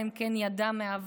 אלא אם כן ידע מהעבר,